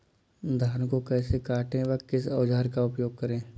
धान को कैसे काटे व किस औजार का उपयोग करें?